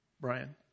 Brian